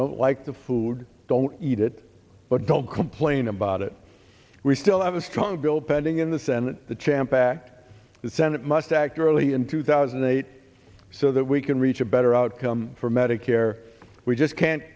don't like the food don't eat it but don't complain about it we still have a strong bill pending in the senate the champ back the senate must act early in two thousand and eight so that we can reach a better outcome for medicare we just can't